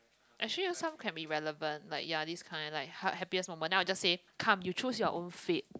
actually some can be relevant like ya this kind like ha~ happiest moment then I will just say come you choose your own fate